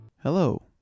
Hello